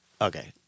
Okay